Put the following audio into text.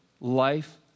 life